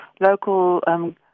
local